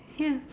ya